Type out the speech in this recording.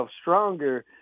stronger